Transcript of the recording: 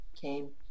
came